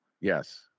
Yes